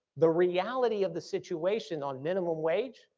the reality of the situation on minimum wage,